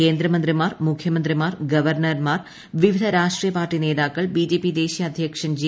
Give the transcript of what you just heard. കേന്ദ്രമന്ത്രിമാർ മുഖ്യമന്ത്രിമാർ ഗവർണർമാർ വിവിധ രാഷ്ട്രീയ പാർട്ടി നേതാക്കൾ ബിജെപി ദേശീയ അദ്ധ്യക്ഷൻ ജെ